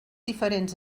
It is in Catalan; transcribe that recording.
diferents